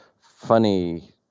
funny